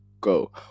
go